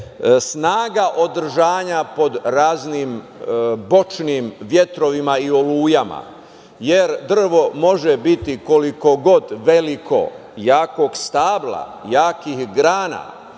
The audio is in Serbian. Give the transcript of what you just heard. snaga održanja pod raznim bočnim vetrovima i olujama. Jer, drvo može biti koliko god veliko, jakog stabla, jakih grana